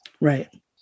right